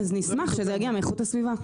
נשמח שזה יגיע מאיכות הסביבה.